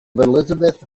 elizabeth